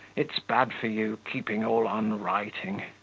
it's bad for you, keeping all on writing.